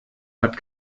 hat